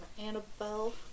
Annabelle